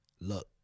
look